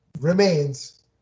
remains